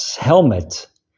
helmet